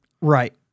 Right